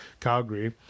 Calgary